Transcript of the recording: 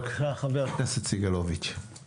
בבקשה, חבר הכנסת סגלוביץ'.